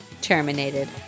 Terminated